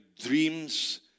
dreams